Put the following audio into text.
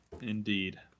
Indeed